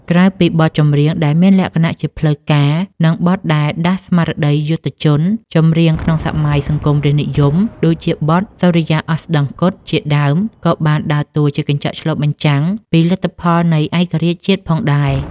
ក្រៅពីបទចម្រៀងដែលមានលក្ខណៈជាផ្លូវការ និងបទដែលដាស់ស្មារតីយុទ្ធជន ចម្រៀងក្នុងសម័យសង្គមរាស្ត្រនិយម ដូចជាបទ សូរិយាអស្តង្គត ជាដើម ក៏បានដើរតួជាកញ្ចក់ឆ្លុះបញ្ចាំងពីលទ្ធផលនៃឯករាជ្យជាតិផងដែរ។